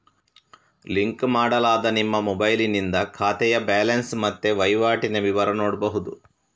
link ಮಾಡಲಾದ ನಿಮ್ಮ ಮೊಬೈಲಿನಿಂದ ಖಾತೆಯ ಬ್ಯಾಲೆನ್ಸ್ ಮತ್ತೆ ವೈವಾಟಿನ ವಿವರ ನೋಡ್ಬಹುದು